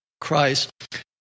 Christ